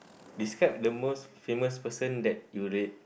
describe the most famous person that you re~